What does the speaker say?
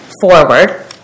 forward